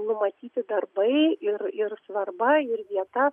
numatyti darbai ir ir svarba ir vieta